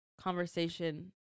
conversation